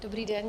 Dobrý den.